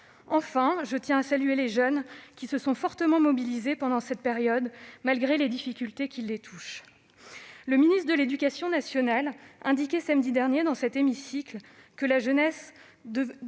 Enfin, je tiens à saluer les jeunes, qui se sont fortement mobilisés pendant cette période, malgré les difficultés qui les touchent. Le ministre de l'éducation nationale indiquait samedi dernier, dans cet hémicycle, que la jeunesse